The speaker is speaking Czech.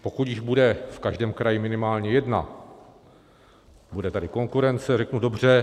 Pokud jich bude v každém kraji minimálně jedna, bude tady konkurence, řeknu dobře.